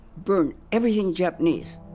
burn everything japanese,